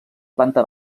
planta